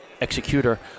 executor